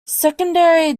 secondary